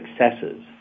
successes